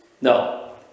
no